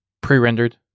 pre-rendered